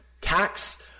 tax